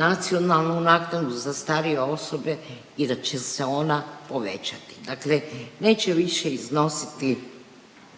nacionalnu naknadu za starije osobe i da će se ona povećati. Dakle, neće više iznositi,